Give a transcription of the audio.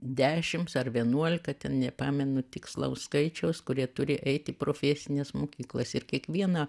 dešims ar vienuolika ten nepamenu tikslaus skaičiaus kurie turi eit į profesines mokyklas ir kiekvieną